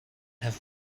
have